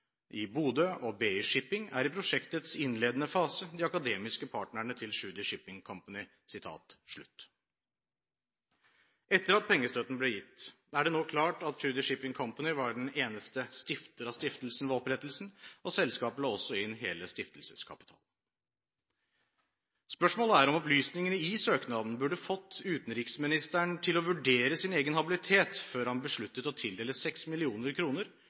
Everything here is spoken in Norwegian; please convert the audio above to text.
i Bodø og BI Shipping er i prosjektets innledende fase de akademiske partnerne til Tschudi Shipping Company.» Etter at pengestøtten ble gitt, er det nå klart at Tschudi Shipping Company var den eneste stifteren av stiftelsen ved opprettelsen, og selskapet la også inn hele stiftelseskapitalen. Spørsmålet er om opplysningene i søknaden burde fått utenriksministeren til å vurdere sin egen habilitet før han besluttet å tildele